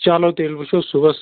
چلو تیٚلہِ وٕچھو صُبحس